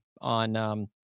on